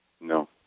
No